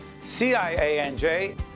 CIANJ